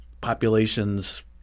populations